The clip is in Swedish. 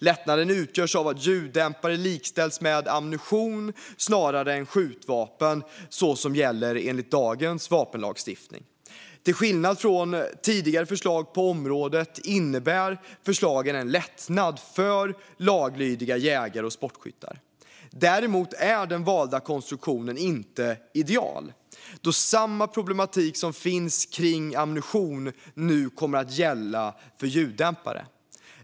Lättnaden utgörs av att ljuddämpare likställs med ammunition snarare än med skjutvapen, så som gäller enligt dagens vapenlagstiftning. Till skillnad från tidigare förslag på området innebär förslagen en lättnad för laglydiga jägare och sportskyttar. Däremot är den valda konstruktionen inte den ideala, då samma problematik som finns kring ammunition nu kommer att gälla för ljuddämpare.